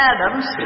Adams